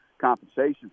compensation